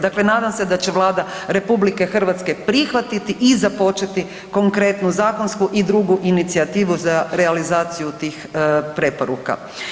Dakle nadam se da će Vlada RH prihvatiti i započeti konkretnu zakonsku i drugu inicijativu za realizaciju tih preporuka.